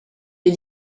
les